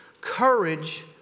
Courage